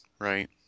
right